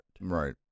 Right